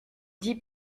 dit